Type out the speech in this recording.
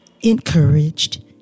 encouraged